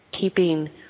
keeping